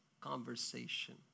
Conversation